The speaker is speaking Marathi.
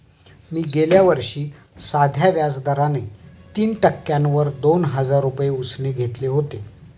मी गेल्या वर्षी साध्या व्याज दराने तीन टक्क्यांवर दोन हजार रुपये उसने घेतले होते